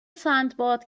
سندباد